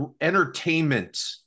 entertainment